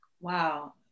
Wow